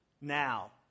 Now